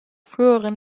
früheren